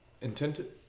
intended